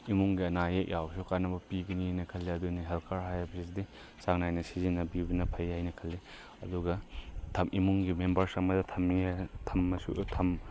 ꯏꯃꯨꯡꯒꯤ ꯑꯅꯥ ꯑꯌꯦꯛ ꯌꯥꯎꯕꯁꯨ ꯀꯥꯟꯅꯕ ꯄꯤꯒꯅꯤꯅ ꯈꯜꯂꯦ ꯑꯗꯨꯅꯤ ꯍꯦꯜꯠ ꯀꯥꯔꯗ ꯍꯥꯏꯕꯁꯤꯗꯤ ꯆꯥꯡ ꯅꯥꯏꯅ ꯁꯤꯖꯤꯟꯅꯕꯤꯕꯅ ꯐꯩ ꯍꯥꯏꯅ ꯈꯜꯂꯤ ꯑꯗꯨꯒ ꯏꯃꯨꯡꯒꯤ ꯃꯦꯝꯕꯔꯁ ꯑꯃꯗ